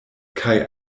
kaj